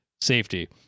safety